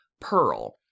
pearl